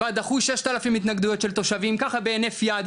שבה דחו 6,000 התנגדויות של תושבים ככה בהינף יד,